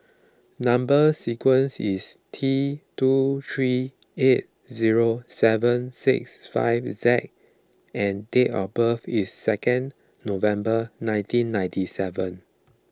Number Sequence is T two three eight zero seven six five Z and date of birth is second November nineteen ninety seven